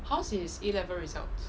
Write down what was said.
how's his A level result